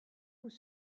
vous